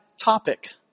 topic